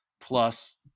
Plus